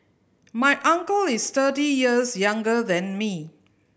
my uncle is thirty years younger than me